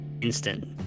instant